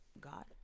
god